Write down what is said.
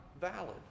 valid